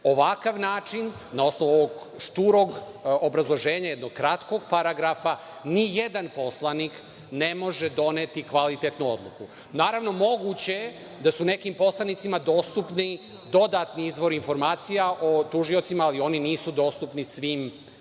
način, na osnovu ovog šturog obrazloženja, jednog kratkog paragrafa, ni jedan poslanik ne može doneti kvalitetnu odluku. Naravno, moguće je da su nekim poslanicima dostupni dodatni izvori informacija o tužiocima, ali oni nisu dostupni svim poslanicima.